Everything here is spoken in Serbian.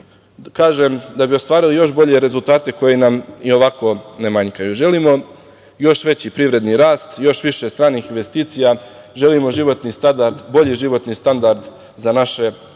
da bi ostvarili još bolje rezultate koji nam i ovako ne manjkaju. Želimo još veći privredni rast, još više stranih investicija, želimo životni standard, bolji